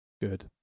Good